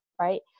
Right